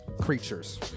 creatures